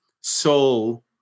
soul